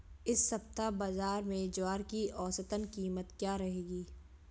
इस सप्ताह बाज़ार में ज्वार की औसतन कीमत क्या रहेगी?